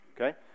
Okay